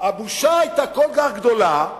כי הבושה היתה כל כך גדולה.